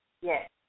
Yes